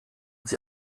sie